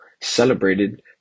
celebrated